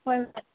ꯍꯣꯏ ꯍꯣꯏ